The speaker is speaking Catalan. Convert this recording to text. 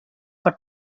per